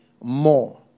more